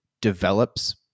develops